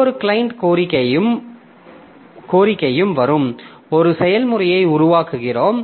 ஒவ்வொரு கிளையன்ட் கோரிக்கையும் வரும் ஒரு செயல்முறையை உருவாக்குகிறோம்